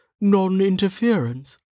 non-interference